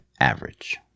average